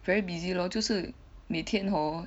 very busy lor 就是每天 hor